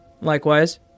Likewise